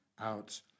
out